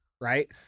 Right